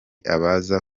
abaza